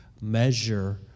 measure